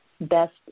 best